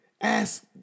ask